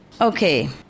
Okay